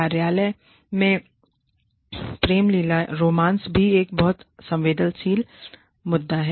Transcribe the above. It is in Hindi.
कार्यालय में प्रेम लीला रोमांस भी एक बहुत संवेदनशील मुद्दा है